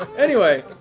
anyway,